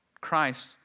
Christ